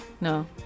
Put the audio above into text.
No